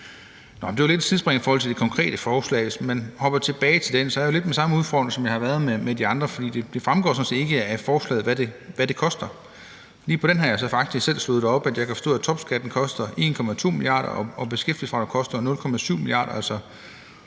Det var lidt et sidespring i forhold til det konkrete forslag. Hopper jeg tilbage til det, har jeg lidt den samme udfordring, som jeg har haft med de andre, for det fremgår sådan set ikke af forslaget, hvad det koster. Lige på det her har jeg faktisk selv slået det op, og jeg kan forstå, at topskatten koster 1,2 mia. kr., og at beskæftigelsesfradraget koster 0,7 mia. kr., altså